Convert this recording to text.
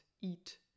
eat